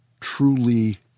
truly